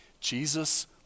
Jesus